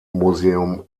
museum